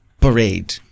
parade